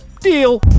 Deal